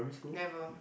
never